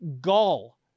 gall